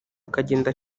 akagenda